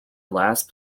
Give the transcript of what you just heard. last